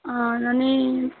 आणि